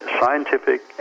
scientific